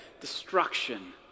destruction